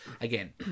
again